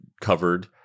covered